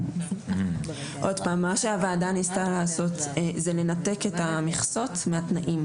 מה שהוועדה ניסתה לעשות זה לנתק את המכסות מהתנאים,